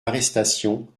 arrestation